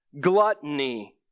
gluttony